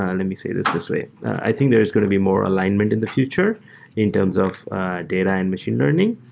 and let me say this this way. i think there is going to be more alignment in the future in terms of data and machine learning,